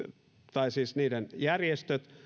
tai niiden järjestöt